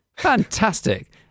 Fantastic